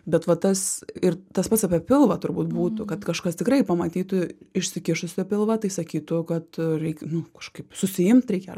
bet va tas ir tas pats apie pilvą turbūt būtų kad kažkas tikrai pamatytų išsikišusį pilvą tai sakytų kad reikia kažkaip susiimt reikia